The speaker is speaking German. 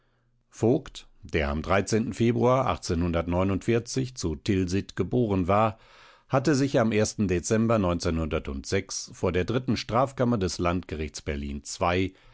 voigt der am februar zu tilsit geboren war hatte sich am dezember vor der dritten strafkammer des landgerichts berlin ii